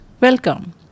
Welcome